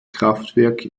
kraftwerk